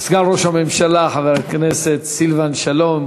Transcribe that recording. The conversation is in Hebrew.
וסגן ראש הממשלה חבר הכנסת סילבן שלום,